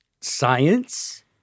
science